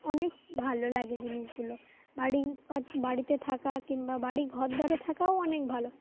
অনেক ভালো লাগে জিনিসগুলো বাড়ির বাড়িতে থাকা কিংবা বাড়ির ঘর দোরে থাকাও অনেক ভালো